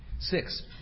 Six